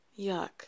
Yuck